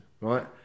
right